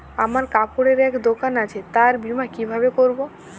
আমার কাপড়ের এক দোকান আছে তার বীমা কিভাবে করবো?